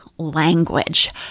language